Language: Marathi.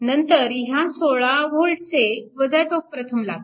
नंतर ह्या 16V चे टोक प्रथम लागते